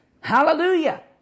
Hallelujah